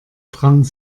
drang